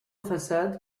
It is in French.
façade